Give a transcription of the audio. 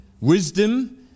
wisdom